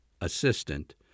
assistant